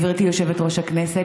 גברתי יושבת-ראש הכנסת,